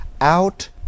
out